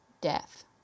death